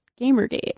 Gamergate